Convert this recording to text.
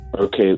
Okay